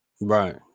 Right